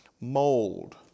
mold